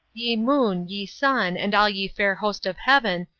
ye moon, ye sun, and all ye fair host of heaven,